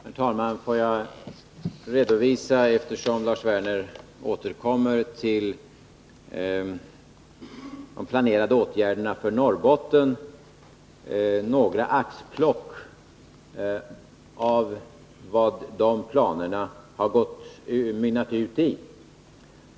Herr talman! Får jag redovisa, eftersom Lars Werner återkommer till de planerade åtgärderna för Norrbotten, några axplock av vad de planerna har mynnat ut i.